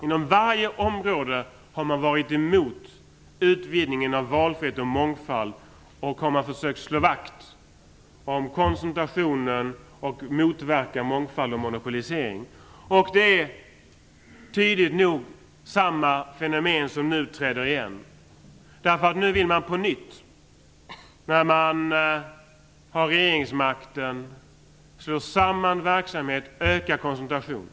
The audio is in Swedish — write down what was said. Inom varje område har man varit emot utvidgningen av valfrihet och mångfald, och man har försökt att slå vakt om koncentrationen samt motverkat mångfald och avmonopolisering. Det är tydligt nog samma fenomen som nu uppträder igen, eftersom man nu, när man har regeringsmakten, på nytt vill slå samman verksamheter och öka koncentrationen.